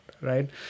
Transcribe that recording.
Right